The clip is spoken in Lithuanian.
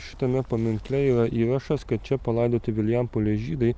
šitame paminkle yra įrašas kad čia palaidoti vilijampolės žydai